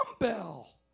dumbbell